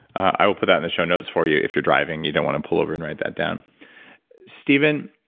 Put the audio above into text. i will put that in the show notes for you. if you're driving, you don't want to pull over and write that down stephen,